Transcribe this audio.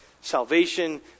Salvation